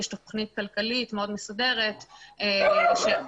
יש תוכנית כלכלית מאוד מסודרת --- קרן,